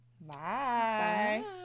bye